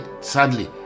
sadly